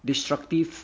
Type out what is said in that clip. disruptive